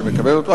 שמקבלת אותו.